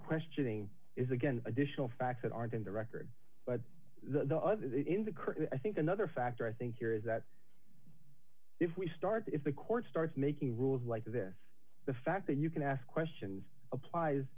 questioning is again additional facts that aren't in the record but in the current i think another factor i think here is that if we start if the court starts making rules like this the fact that you can ask questions applies